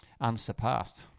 unsurpassed